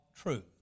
truth